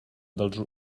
dels